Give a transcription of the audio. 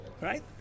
Right